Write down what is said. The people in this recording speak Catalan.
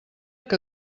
que